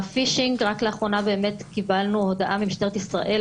ה"פישינג" רק לאחרונה באמת קיבלנו הודעה ממשטרת ישראל,